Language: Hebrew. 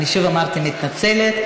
אני שוב אמרתי: מתנצלת.